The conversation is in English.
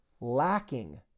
lacking